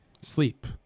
sleep